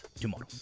tomorrow